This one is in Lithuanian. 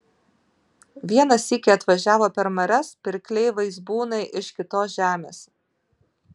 vieną sykį atvažiavo per marias pirkliai vaizbūnai iš kitos žemės